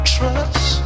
trust